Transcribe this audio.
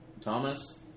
Thomas